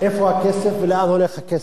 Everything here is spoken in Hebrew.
איפה הכסף ולאן הולך הכסף?